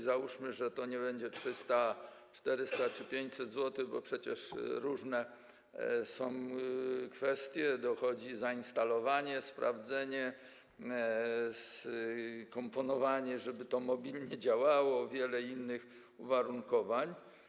Załóżmy, że to nie będzie 300, 400 czy 500 zł, bo przecież różne są kwestie, dochodzi zainstalowanie, sprawdzenie, skomponowanie, żeby to mobilnie działało, i wiele innych uwarunkowań.